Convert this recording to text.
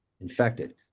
infected